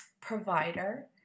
Provider